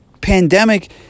pandemic